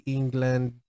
England